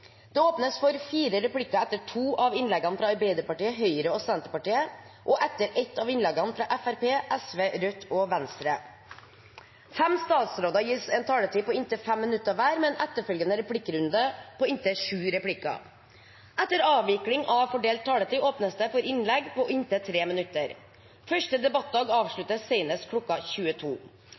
av innleggene fra Arbeiderpartiet, Høyre og Senterpartiet og etter ett av innleggene fra Fremskrittspartiet, Sosialistisk Venstreparti, Rødt og Venstre. Fem statsråder gis en taletid på inntil 5 minutter hver, med en etterfølgende replikkrunde på inntil sju replikker. Etter avvikling av fordelt taletid åpnes det for innlegg på inntil 3 minutter. Første debattdag avsluttes senest kl. 22.